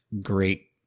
great